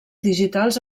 digitals